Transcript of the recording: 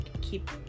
keep